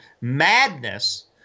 madness